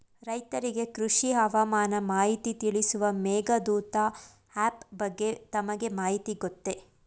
ರೈತರಿಗೆ ಕೃಷಿ ಹವಾಮಾನ ಮಾಹಿತಿ ತಿಳಿಸುವ ಮೇಘದೂತ ಆಪ್ ಬಗ್ಗೆ ತಮಗೆ ಮಾಹಿತಿ ಗೊತ್ತೇ?